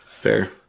Fair